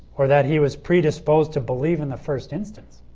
or that he was predisposed to believe in the first instance.